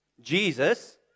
Jesus